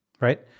Right